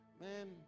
man